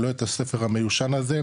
לא את הספר המיושן הזה,